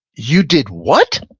you did what?